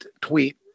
tweet